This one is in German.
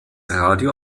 radio